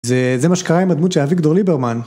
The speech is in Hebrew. זה... זה מה שקרה עם הדמות של אביגדור ליברמן.